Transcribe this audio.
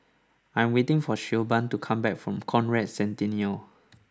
I am waiting for Siobhan to come back from Conrad Centennial